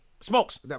smokes